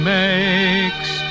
makes